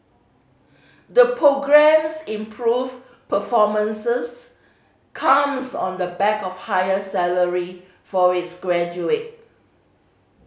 the programme's improved performances comes on the back of higher salary for its graduate